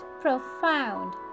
profound